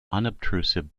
unobtrusive